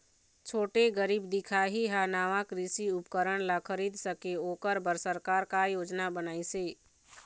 छोटे गरीब दिखाही हा नावा कृषि उपकरण ला खरीद सके ओकर बर सरकार का योजना बनाइसे?